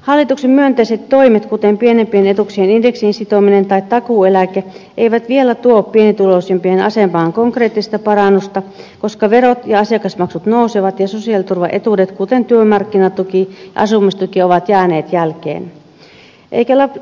hallituksen myönteiset toimet kuten pienimpien etuuksien indeksiin sitominen tai takuueläke eivät vielä tuo pienituloisimpien asemaan konkreettista parannusta koska verot ja asiakasmaksut nousevat ja sosiaaliturvaetuudet kuten työmarkkinatuki ja asumistuki ovat jääneet jälkeen